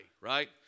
right